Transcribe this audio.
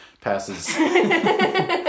passes